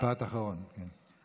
משפט אחרון, כן.